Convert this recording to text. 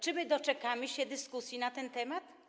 Czy my doczekamy się dyskusji na ten temat?